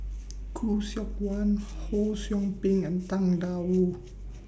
Khoo Seok Wan Ho SOU Ping and Tang DA Wu